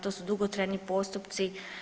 To su dugotrajni postupci.